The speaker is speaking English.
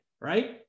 right